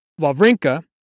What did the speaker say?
Wawrinka